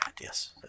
yes